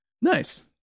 Nice